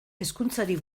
hezkuntzari